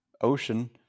ocean